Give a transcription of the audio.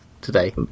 today